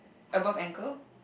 above ankle